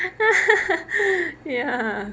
ya